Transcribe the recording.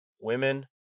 women